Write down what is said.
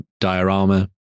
diorama